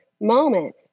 moment